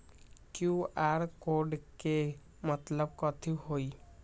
QR code के मतलब कथी होई?